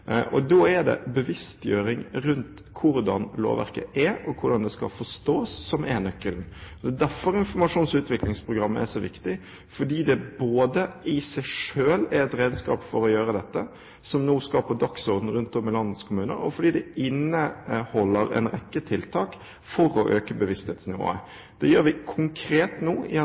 Da er det en bevisstgjøring rundt hvordan lovverket er, og hvordan det skal forstås, som er nøkkelen. Derfor er informasjons- og utvikingsprogrammet så viktig. Det er i seg selv et redskap for å få til det som nå skal på dagsordenen i landets kommuner, og det inneholder en rekke tiltak for å øke bevissthetsnivået. Det gjør vi nå konkret gjennom møter med landets kommuner der vi går gjennom innholdet i